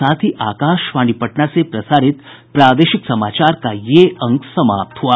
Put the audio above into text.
इसके साथ ही आकाशवाणी पटना से प्रसारित प्रादेशिक समाचार का ये अंक समाप्त हुआ